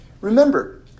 Remember